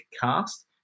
cast